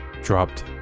dropped